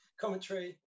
commentary